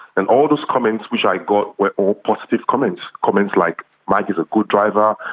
and all those comments which i got were all positive comments, comments like mike is a good driver,